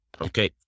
Okay